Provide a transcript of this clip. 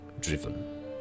driven